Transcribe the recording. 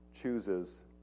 chooses